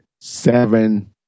seven